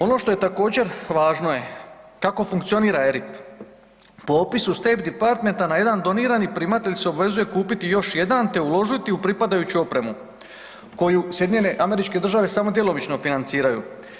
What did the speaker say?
Ono što je također važno je kako funkcionira ERIC, popisu State Department-a na jedan donirani primatelj se obvezuje kupiti još jedan te uložiti u pripadajuću opremu koju SAD samo djelomično financiraju.